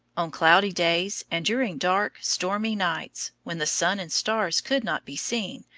on cloudy days, and during dark, stormy nights, when the sun and stars could not be seen,